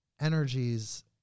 energies